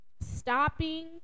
stopping